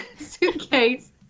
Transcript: suitcase